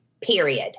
period